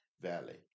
Valley